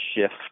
shift